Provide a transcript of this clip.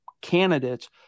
candidates